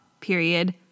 period